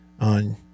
on